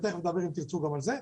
ותכף נדבר את תרצו גם על זה.